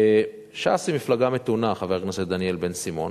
ש"ס היא מפלגה מתונה, חבר הכנסת דניאל בן-סימון.